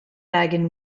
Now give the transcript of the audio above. wagon